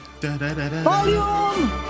Volume